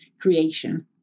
creation